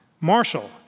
Marshall